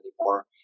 anymore